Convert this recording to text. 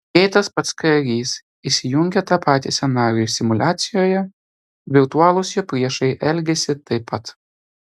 jei tas pats karys įsijungia tą patį scenarijų simuliacijoje virtualūs jo priešai elgiasi taip pat